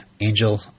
Angel